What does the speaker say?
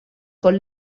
con